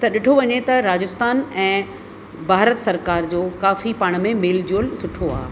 त ॾिठो वञे त राजस्थान ऐं भारत सरकार जो काफ़ी पाण में मेल झोल सुठो आहे